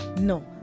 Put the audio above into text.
No